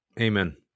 Amen